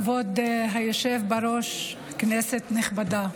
כבוד היושב בראש, כנסת נכבדה,